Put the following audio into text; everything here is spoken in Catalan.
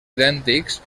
idèntics